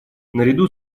наряду